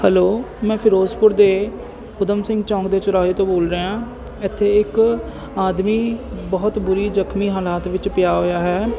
hello ਮੈਂ ਫਿਰੋਜ਼ਪੁਰ ਦੇ ਉਧਮ ਸਿੰਘ ਚੌਂਕ ਦੇ ਚੁਰਾਹੇ ਤੋਂ ਬੋਲ ਰਿਹਾਂ ਇੱਥੇ ਇੱਕ ਆਦਮੀ ਬਹੁਤ ਬੁਰੀ ਜ਼ਖਮੀ ਹਾਲਾਤ ਵਿੱਚ ਪਿਆ ਹੋਇਆ ਹੈ